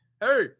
hey